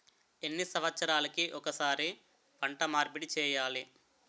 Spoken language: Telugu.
ఎన్ని సంవత్సరాలకి ఒక్కసారి పంట మార్పిడి చేయాలి?